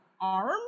arm